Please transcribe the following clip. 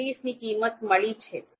૩૬ ની કિંમત મળી છે